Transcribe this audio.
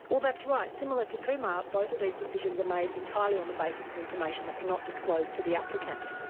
well that's right. similar to kumar, both of these decisions are made entirely on the basis of information that's not disclosed to the applicant.